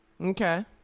Okay